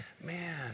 man